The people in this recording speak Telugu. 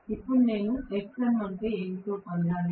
ఇప్పుడు నేను Xm అంటే ఏమిటో పొందాలి